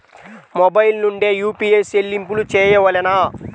Mobile నుండే UPI చెల్లింపులు చేయవలెనా?